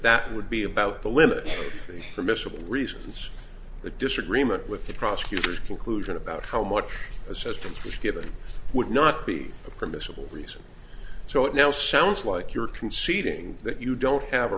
that would be about the limit permissible reasons the disagreement with the prosecutor's conclusion about how much assistance was given would not be a permissible reason so it now sounds like you're conceding that you don't have a